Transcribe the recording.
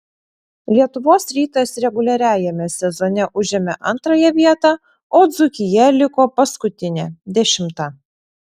lietuvos rytas reguliariajame sezone užėmė antrąją vietą o dzūkija liko paskutinė dešimta